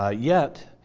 ah yet,